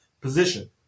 position